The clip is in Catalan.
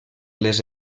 les